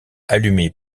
allumé